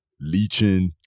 leeching